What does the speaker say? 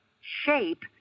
shape